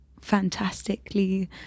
fantastically